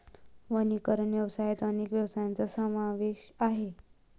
वनीकरण व्यवसायात अनेक व्यवसायांचा समावेश आहे